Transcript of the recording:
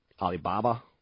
Alibaba